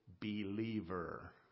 believer